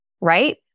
right